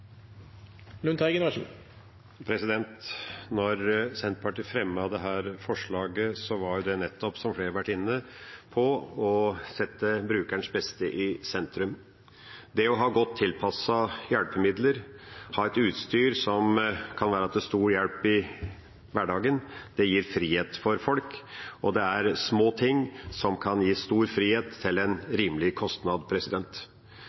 Senterpartiet fremmet dette forslaget, var det nettopp, som flere har vært inne på, for å sette brukerens beste i sentrum. Det å ha godt tilpassede hjelpemidler, ha et utstyr som kan være til stor hjelp i hverdagen, gir frihet for folk, og det er små ting som kan gi stor frihet til